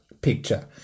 picture